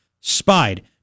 Spied